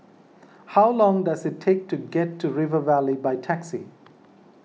how long does it take to get to River Valley by taxi